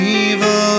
evil